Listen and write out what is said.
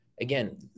Again